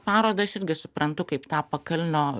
parodos irgi suprantu kaip tą pakalnio